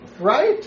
Right